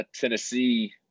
Tennessee